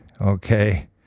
okay